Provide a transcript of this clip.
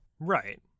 Right